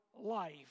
life